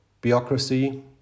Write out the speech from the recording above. bureaucracy